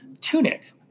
tunic